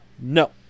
No